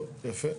טוב, יפה.